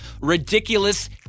ridiculous